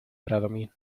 bradomín